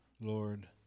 Lord